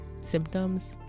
symptoms